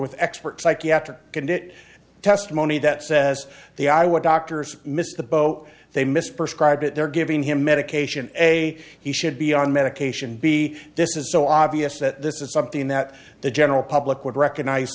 with expert psychiatric can get testimony that says the eye what doctors missed the boat they missed prescribe it they're giving him medication a he should be on medication b this is so obvious that this is something that the general public would recognize